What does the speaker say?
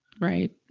Right